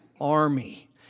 army